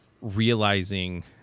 realizing